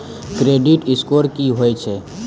Credit score की होय छै?